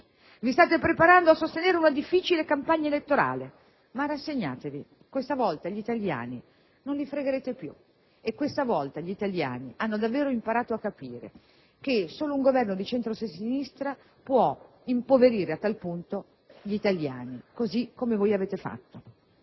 Vi state preparando a sostenere una difficile campagna elettorale, ma rassegnatevi: questa volta gli italiani non li fregherete più; questa volta gli italiani hanno davvero imparato a capire che solo un Governo di centro-sinistra può impoverire a tal punto gli italiani, così come avete fatto.